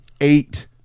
eight